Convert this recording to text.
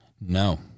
No